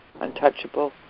untouchable